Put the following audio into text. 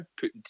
put